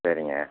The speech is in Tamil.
சரிங்க